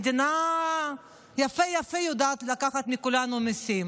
המדינה יפה יפה יודעת לקחת מכולנו מיסים.